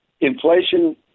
inflation